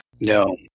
No